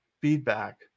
feedback